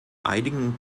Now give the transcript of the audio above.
einigen